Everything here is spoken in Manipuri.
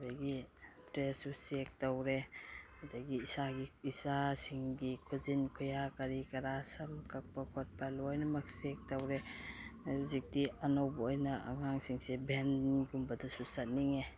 ꯑꯗꯒꯤ ꯗ꯭ꯔꯦꯁꯁꯨ ꯆꯦꯛ ꯇꯧꯔꯦ ꯑꯗꯒꯤ ꯏꯆꯥꯒꯤ ꯏꯆꯥꯁꯤꯡꯒꯤ ꯈꯨꯖꯤꯟ ꯈꯨꯌꯥ ꯀꯔꯤ ꯀꯔꯥ ꯁꯝ ꯀꯛꯄ ꯈꯣꯠꯄ ꯂꯣꯏꯅꯃꯛ ꯆꯦꯛ ꯇꯧꯔꯦ ꯍꯧꯖꯤꯛꯇꯤ ꯑꯅꯧꯕ ꯑꯣꯏꯅ ꯑꯉꯥꯡꯁꯤꯡꯁꯤ ꯚꯦꯟꯒꯨꯝꯕꯗꯁꯨ ꯆꯠꯅꯤꯡꯉꯦ